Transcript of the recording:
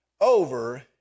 over